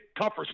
tougher